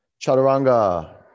Chaturanga